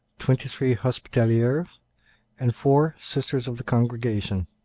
twenty three hospitalieres, and four sisters of the congregation.